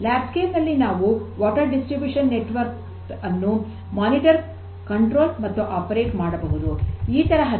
lab scale ನಲ್ಲಿ ನಾವು ನೀರಿನ ವಿತರಣೆಯ ನೆಟ್ವರ್ಕ್ ಅನ್ನು ಮೇಲ್ವಿಚಾರಣೆ ನಿಯಂತ್ರಣ ಮತ್ತು ಕಾರ್ಯನಿರ್ವಹಣೆ ಮಾಡಬಹುದು